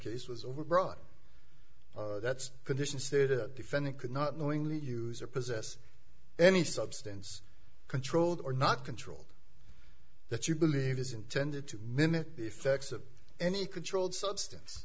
case was overbroad that's condition stated defendant could not knowingly use or possess any substance controlled or not controlled that you believe is intended to mimic the effects of any controlled substance